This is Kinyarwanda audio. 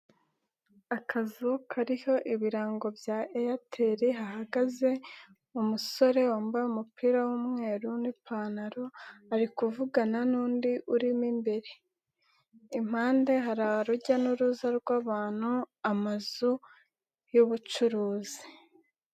Akazu kariho ibirango bya Eyateli, hahagaze umusore wambaye umupira w'umweru n'ipantaro, ari kuvugana n'undi urimo imbere, impande hari urujya n'uruza rw'abantu, amazu y'ubucuruzi.